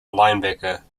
linebacker